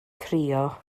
crio